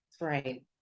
Right